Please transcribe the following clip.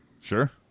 Sure